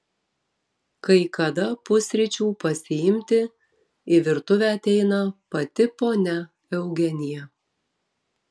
kai kada pusryčių pasiimti į virtuvę ateina pati ponia eugenija